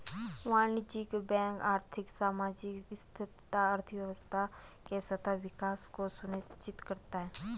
वाणिज्यिक बैंक आर्थिक, सामाजिक स्थिरता, अर्थव्यवस्था के सतत विकास को सुनिश्चित करता है